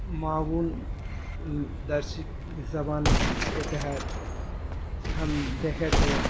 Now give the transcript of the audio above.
زبان کے تحت ہم دیکھیں تو